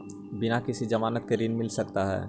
बिना किसी के ज़मानत के ऋण मिल सकता है?